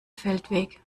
feldweg